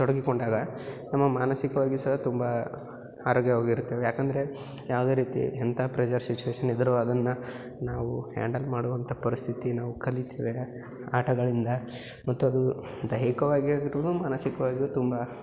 ತೊಡಗಿಕೊಂಡಾಗ ನಮ್ಮ ಮಾನಸಿಕವಾಗಿ ಸಹ ತುಂಬಾ ಆರೋಗ್ಯವಾಗಿರ್ತವೆ ಯಾಕಂದರೆ ಯಾವುದೇ ರೀತಿ ಎಂಥಾ ಪ್ರೆಝರ್ ಸಿಚುವೇಶನ್ ಇದ್ದರೂ ಅದನ್ನು ನಾವು ಹ್ಯಾಂಡಲ್ ಮಾಡುವಂಥ ಪರಿಸ್ಥಿತಿ ನಾವು ಕಲಿತೇವೆ ಆಟಗಳಿಂದ ಮತ್ತು ಅದೂ ದೈಹಿಕವಾಗಿದ್ದರೂ ಮಾನಸಿಕವಾಗಿಯೂ ತುಂಬ